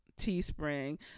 teespring